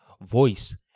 voice